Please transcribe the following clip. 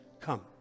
come